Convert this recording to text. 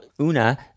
Una